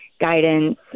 guidance